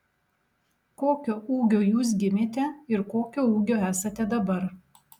kokio ūgio jūs gimėte ir kokio ūgio esate dabar